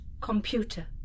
computer